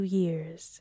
years